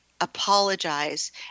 apologize